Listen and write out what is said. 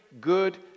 good